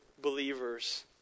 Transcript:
believers